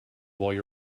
while